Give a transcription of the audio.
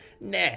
Nah